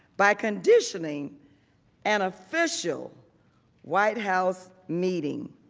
by conditioning and official white house meeting